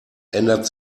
ändert